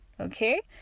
Okay